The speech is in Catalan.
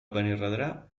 benirredrà